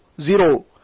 zero